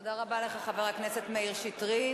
תודה רבה לך, חבר הכנסת מאיר שטרית.